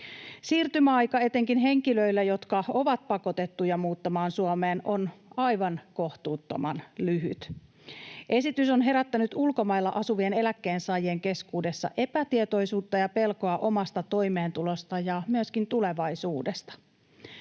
Siirtymäaika etenkin henkilöillä, jotka ovat pakotettuja muuttamaan Suomeen, on aivan kohtuuttoman lyhyt. Esitys on herättänyt ulkomailla asuvien eläkkeensaajien keskuudessa epätietoisuutta ja pelkoa omasta toimeentulosta ja myöskin tulevaisuudesta.